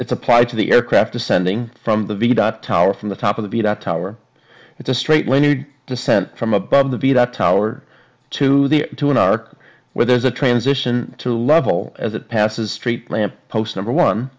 it's applied to the aircraft descending from the v dot tower from the top of the beat up tower it's a straight line you descent from above the beat up tower to the to an arc where there's a transition to a level as it passes street lamp post number one